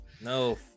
no